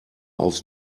auf